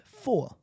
four